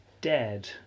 dead